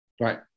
Right